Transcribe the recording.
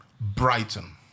Brighton